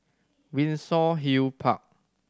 Windsor Hill Park